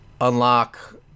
unlock